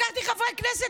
לקחתי חברי כנסת,